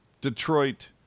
Detroit